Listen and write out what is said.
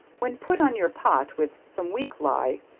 when put on your pot with some weak ley,